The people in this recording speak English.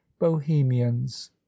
bohemians